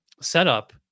setup